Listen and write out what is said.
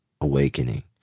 awakening